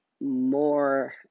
more